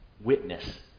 witness